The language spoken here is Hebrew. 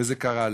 וזה קרה לו.